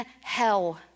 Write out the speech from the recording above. hell